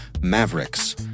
Mavericks